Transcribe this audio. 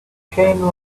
chain